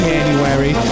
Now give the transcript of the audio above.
January